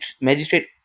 magistrate